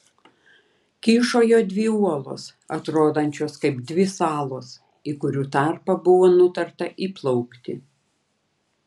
kyšojo dvi uolos atrodančios kaip dvi salos į kurių tarpą buvo nutarta įplaukti